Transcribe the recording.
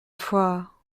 foi